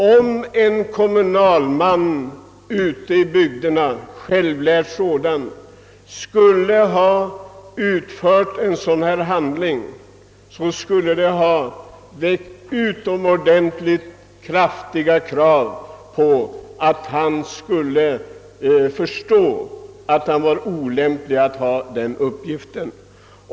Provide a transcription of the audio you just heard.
Om en självlärd kommunalman ute i bygderna skulle ha förfarit på ett sådant här sätt, skulle det allmänt ha ansetts att han borde förstå att han var olämplig för sin uppgift.